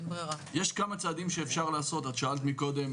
לשאלתך מקודם,